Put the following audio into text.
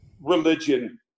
religion